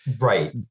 right